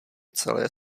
celé